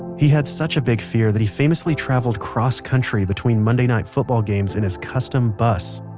he had such a big fear that he famously travelled cross-country between monday night football games in his custom bus,